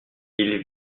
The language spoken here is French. ils